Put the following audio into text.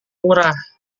murah